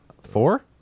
four